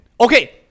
Okay